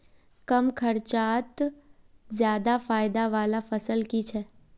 कम खर्चोत ज्यादा फायदा वाला फसल की छे?